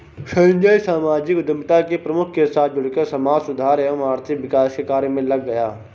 संजय सामाजिक उद्यमिता के प्रमुख के साथ जुड़कर समाज सुधार एवं आर्थिक विकास के कार्य मे लग गया